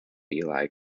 ely